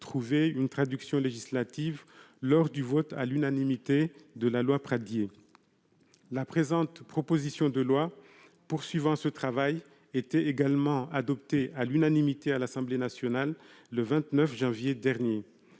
trouvaient une traduction législative lors du vote à l'unanimité de la loi Pradié. La présente proposition de loi, poursuivant ce travail, était également adoptée à l'unanimité à l'Assemblée nationale le 29 janvier dernier.